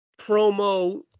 promo